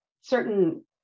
certain